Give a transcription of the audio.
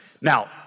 Now